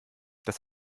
das